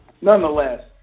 Nonetheless